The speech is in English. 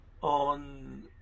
On